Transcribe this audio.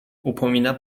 upomina